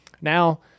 Now